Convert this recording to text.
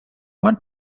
one